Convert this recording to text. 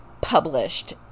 published